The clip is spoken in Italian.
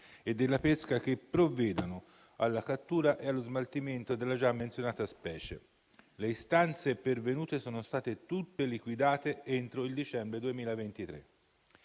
e della pesca che provvedono alla cattura e allo smaltimento della già menzionata specie. Le istanze pervenute sono state tutte liquidate entro il dicembre 2023.